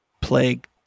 plague